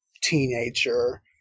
teenager